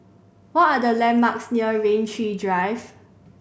what are the landmarks near Rain Tree Drive